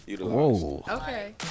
Okay